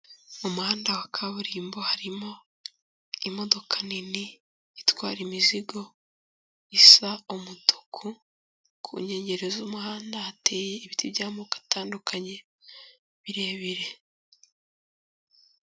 Umuhanda wa kaburimbo harimo imodoka nini itwara imizigo isa umutuku, ku nkengero z'umuhanda hateye ibiti by'amoko atandukanye birebire.